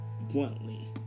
bluntly